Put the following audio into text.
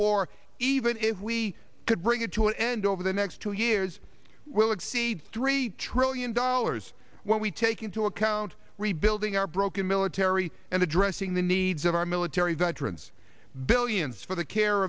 war even if we could bring it to an end over the next two years will exceed three trillion dollars when we take into account rebuilding our broken military and addressing the needs of our military veterans billions for the care